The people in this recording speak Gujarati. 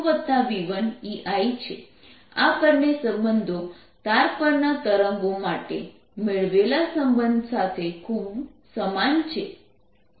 આ બંને સંબંધો તાર પરના તરંગો માટે મેળવેલા સંબંધ સાથે ખૂબ સમાન છે